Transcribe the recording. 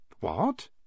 What